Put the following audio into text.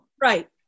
Right